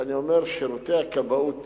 אני אומר, שירותי הכבאות